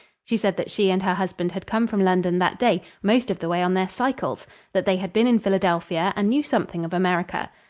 she said that she and her husband had come from london that day, most of the way on their cycles that they had been in philadelphia and knew something of america.